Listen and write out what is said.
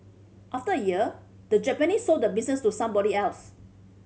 after a year the Japanese sold the business to somebody else